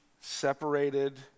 separated